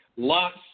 Lots